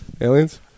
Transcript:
aliens